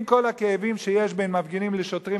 עם כל הכאבים שיש בין מפגינים לשוטרים.